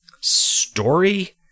story